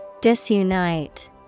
Disunite